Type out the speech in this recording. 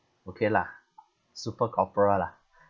okay lah super corporal lah